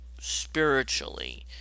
spiritually